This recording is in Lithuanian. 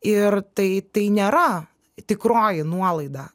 ir tai tai nėra tikroji nuolaida